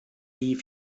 die